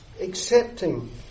accepting